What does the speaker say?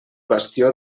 bastió